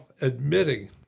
admitting